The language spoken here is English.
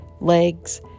legs